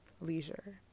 leisure